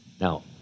Now